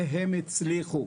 והם הצליחו.